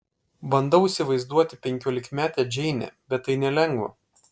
bandau įsivaizduoti penkiolikmetę džeinę bet tai nelengva